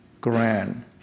grand